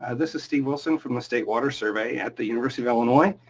and this is steve wilson from the state water survey at the university of illinois.